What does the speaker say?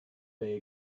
they